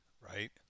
right